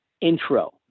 intro